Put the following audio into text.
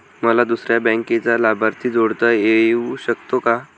मला दुसऱ्या बँकेचा लाभार्थी जोडता येऊ शकतो का?